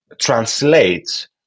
translate